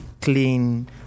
clean